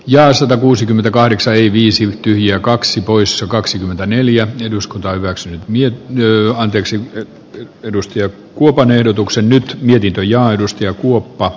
jää satakuusikymmentäkahdeksan eli viisi tyhjää kaksi poissa kaksikymmentäneljä eduskunta hyväksyi ja työ on texin edustaja kuuban ehdotuksen nyt mietitään ja aidosti ja kuoppaa